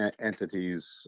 entities